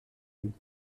lui